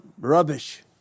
rubbish